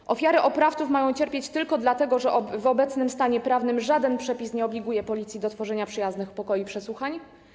Czy ofiary oprawców mają cierpieć tylko dlatego, że w obecnym stanie prawnym żaden przepis nie obliguje Policji do tworzenia przyjaznych pokoi przesłuchań?